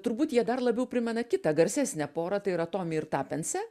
turbūt jie dar labiau primena kitą garsesnę porą tai yra tomį ir tapensę